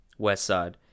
Westside